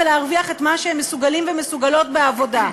ולהרוויח את מה שהם מסוגלים ומסוגלות בעבודה,